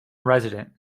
resident